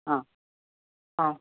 অ অ